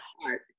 heart